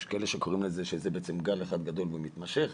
יש כאלה שאומרים שזה בעצם גל אחד גדול ומתמשך.